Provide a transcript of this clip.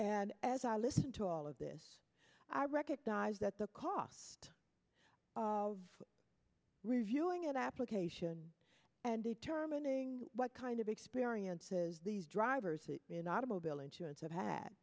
and as i listen to all of this i recognize that the cost of reviewing an application and determining what kind of experiences these drivers in automobile insurance have had